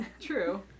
True